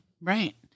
Right